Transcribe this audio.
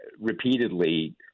repeatedly